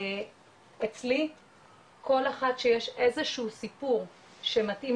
אצלי כל אחת שיש איזשהו סיפור שמתאים